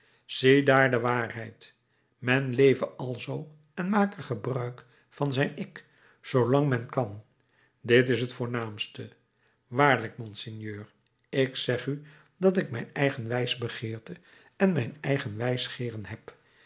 ziedaar de waarheid men leve alzoo en make gebruik van zijn ik zoolang men kan dit is t voornaamste waarlijk monseigneur ik zeg u dat ik mijn eigen wijsbegeerte en mijn eigen wijsgeeren heb